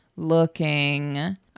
looking